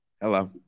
Hello